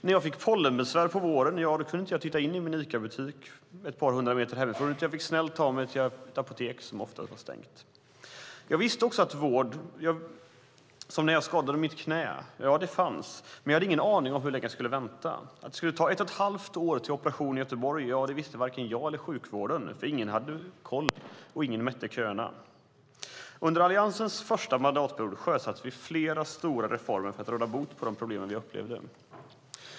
När jag fick pollenbesvär på våren kunde jag inte titta in i min Icabutik ett par hundra meter hemifrån, utan fick snällt ta mig till ett apotek, som ofta hade stängt. När jag skadade mitt knä visste jag att jag kunde få vård, men jag hade ingen aning om hur länge jag skulle få vänta. Att det skulle ta ett och ett halvt år till operation i Göteborg visste varken jag eller sjukvården, för ingen hade koll, och ingen mätte köerna. Under Alliansens första mandatperiod sjösatte vi flera stora reformer för att råda bot på de problem vi upplevde.